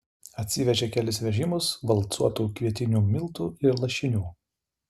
atsivežė kelis vežimus valcuotų kvietinių miltų ir lašinių